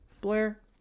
Blair